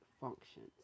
functions